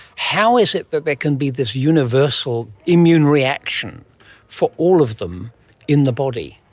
how is it that there can be this universal immune reaction for all of them in the body?